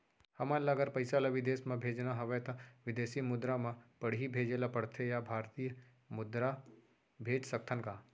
हमन ला अगर पइसा ला विदेश म भेजना हवय त विदेशी मुद्रा म पड़ही भेजे ला पड़थे या भारतीय मुद्रा भेज सकथन का?